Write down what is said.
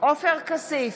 עופר כסיף,